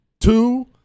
Two